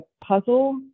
puzzle